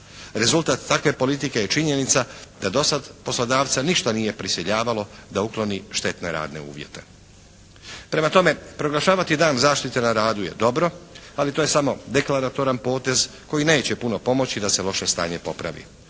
Rezultat takve politike je činjenica da dosad poslodavca ništa nije prisiljavalo da ukloni štetne radne uvjete. Prema tome, proglašavati Dan zaštite na radu je dobro, ali to je samo deklaratoran potez koji neće puno pomoći da se loše stanje popravi.